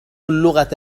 اللغة